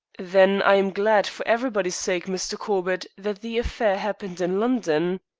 then i am glad, for everybody's sake, mr. corbett, that the affair happened in london.